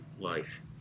life